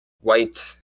white